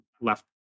left